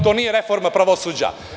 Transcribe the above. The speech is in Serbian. To nije reforma pravosuđa.